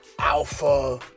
alpha